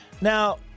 Now